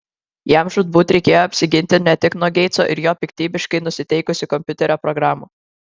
jam žūtbūt reikėjo apsiginti ne tik nuo geitso ir jo piktybiškai nusiteikusių kompiuterio programų